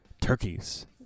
turkeys